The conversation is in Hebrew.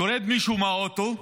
יורד מישהו מהאוטו,